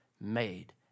made